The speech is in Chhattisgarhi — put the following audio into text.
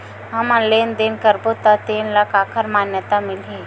हमन लेन देन करबो त तेन ल काखर मान्यता मिलही?